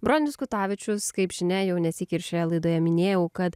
bronius kutavičius kaip žinia jau nesyk ir šioje laidoje minėjau kad